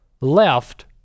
left